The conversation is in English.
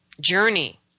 Journey